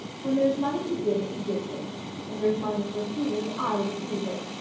when there is money to give, he gives it when there is money to refuse, i refuse it.